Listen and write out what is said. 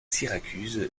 syracuse